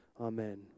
Amen